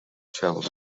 traveled